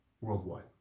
worldwide